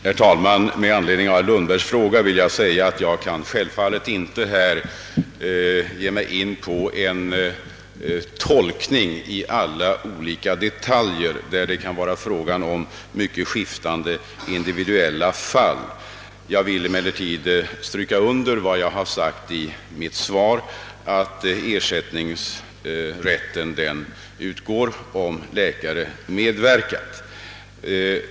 Herr talman! Med anledning av herr Lundbergs fråga vill jag säga att jag självfallet inte här kan ge mig in på en tolkning i alla olika detaljer. Det kan ju röra sig om mycket skiftande individuella fall. Jag vill emellertid understryka vad jag sade i mitt svar, nämligen att ersättningsrätt finns om läkare medverkar.